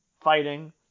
Fighting